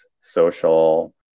social